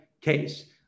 case